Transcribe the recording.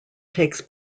takes